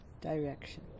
Direction